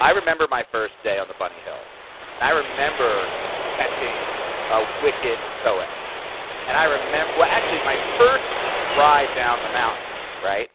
i remember my first day on the bunny hill and i remember catching a wicket toe edge and i remember, well actually, my first ride down the mountain, right?